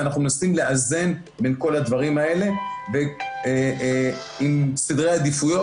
אנחנו מנסים לאזן בין כל הדברים האלה עם סדרי העדיפויות,